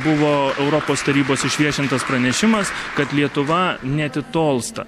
buvo europos tarybos išviešintas pranešimas kad lietuva neatitolsta